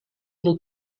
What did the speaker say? del